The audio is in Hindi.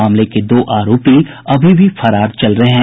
मामले के दो आरोपी अभी भी फरार चल रहे हैं